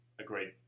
Agreed